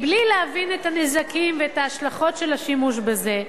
בלי להבין את הנזקים ואת ההשלכות של השימוש בזה,